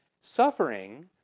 Suffering